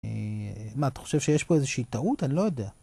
‫מה, אתה חושב שיש פה ‫איזושהי טעות? אני לא יודע.